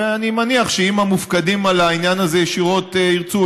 אני מניח שאם המופקדים על העניין הזה ישירות ירצו,